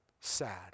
sad